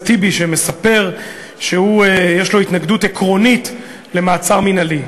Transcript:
טיבי שמספר שיש לו התנגדות עקרונית למעצר מינהלי,